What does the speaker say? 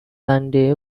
working